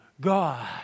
God